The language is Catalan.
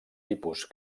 tipus